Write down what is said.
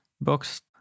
books